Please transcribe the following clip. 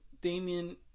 Damien